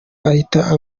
ahita